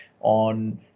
on